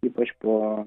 ypač po